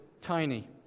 tiny